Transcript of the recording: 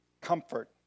Comfort